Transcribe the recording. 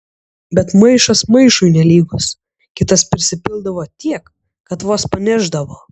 bet maišas maišui nelygus kitas prisipildavo tiek kad vos panešdavo